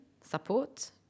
support